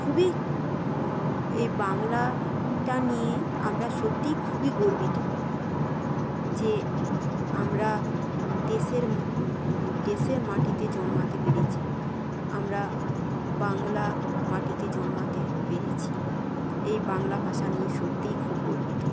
খুবই এই বাংলাটা নিয়ে আমরা সত্যিই খুবই গর্বিত যে আমরা দেশের দেশের মাটিতে জন্মাতে পেরেছি আমরা বাংলার মাটিতে জন্মাতে পেরেছি এই বাংলা ভাষা নিয়ে সত্যিই খুব গর্বিত